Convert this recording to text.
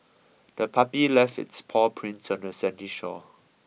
the puppy left its paw prints on the sandy shore